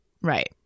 Right